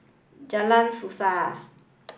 Jalan Suasa